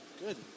Good